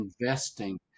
investing